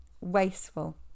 wasteful